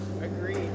Agreed